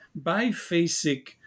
biphasic